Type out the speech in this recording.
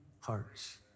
hearts